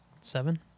Seven